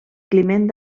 climent